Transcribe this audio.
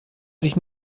sich